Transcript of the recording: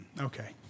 Okay